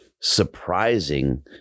surprising